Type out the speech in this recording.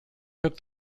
took